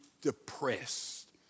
depressed